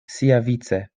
siavice